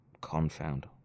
confound